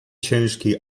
ciężkiej